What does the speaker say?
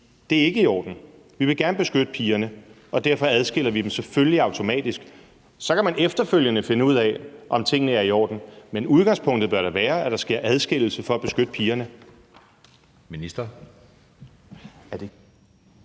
Det er ikke i orden; vi vil gerne beskytte pigerne, og derfor adskiller vi dem selvfølgelig automatisk? Så kan man efterfølgende finde ud af, om tingene er i orden, men udgangspunktet bør da være, at der sker adskillelse for at beskytte pigerne.